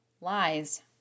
Lies